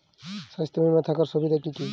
স্বাস্থ্য বিমা থাকার সুবিধা কী কী?